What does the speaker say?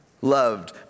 loved